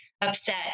upset